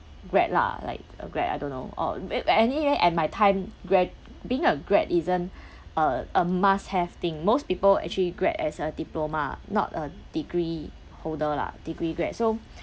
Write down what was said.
grad lah like a grad I don't know or uh a~ anyway at my time grad being a grad isn't uh a must have thing most people actually grad as a diploma not a degree holder lah degree grad so